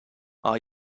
our